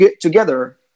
together